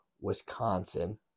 Wisconsin